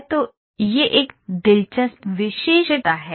तो यह एक दिलचस्प विशेषता है